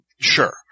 Sure